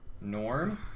Norm